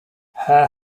her